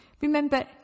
Remember